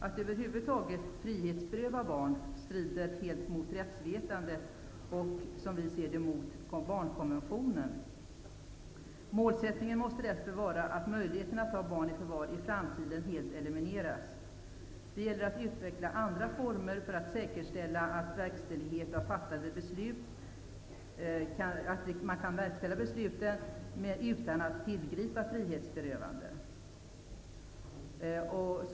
Att över huvud taget frihetsberöva barn strider helt mot rättsmedvetandet och, som vi ser det, mot barnkonventionen. Målsättningen måste vara att möjligheterna att ta barn i förvar i framtiden helt elimineras. Det gäller att utveckla andra former för att säkerställa att man kan verkställa fattade beslut, utan att tillgripa frihetsberövande.